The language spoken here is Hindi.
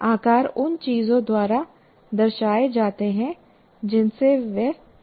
आकार उन चीजों द्वारा दर्शाए जाते हैं जिनसे हम परिचित हैं